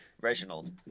Reginald